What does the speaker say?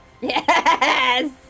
Yes